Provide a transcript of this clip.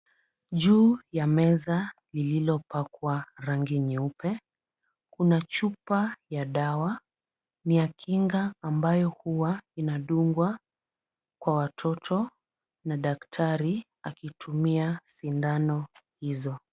Juu ya meza lililopakwa rangi nyeupe, kuna chupa ya dawa. Ni ya kinga ambayo huwa inadungwa kwa watoto na daktari akitumia sindano hizo.